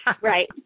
Right